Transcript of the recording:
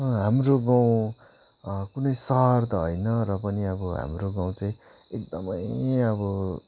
हाम्रो गाउँ कुनै सहर त होइन र पनि अब हाम्रो गाउँ चाहिँ एकदमै अब